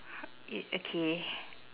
i~ okay